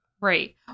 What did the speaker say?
Right